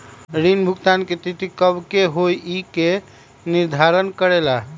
ऋण भुगतान की तिथि कव के होई इ के निर्धारित करेला?